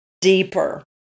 deeper